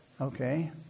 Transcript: Okay